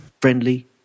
Friendly